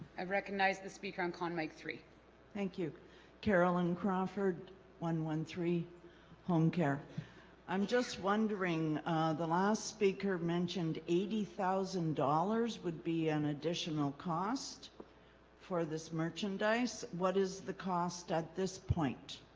i've recognized the speaker on khan make three thank you carolin crawford one one three home care i'm just wondering the last speaker mentioned eighty thousand dollars would be an additional cost for this merchandise what is the cost at this point